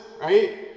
right